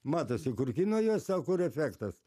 matosi kur kino juosta o kur efektas